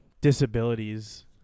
disabilities